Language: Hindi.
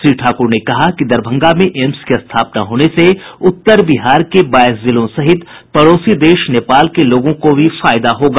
श्री ठाकुर ने कहा कि दरभंगा में एम्स की स्थापना होने से उत्तर बिहार के बाईस जिलों सहित पड़ोसी देश नेपाल के लोगों को भी फायदा होगा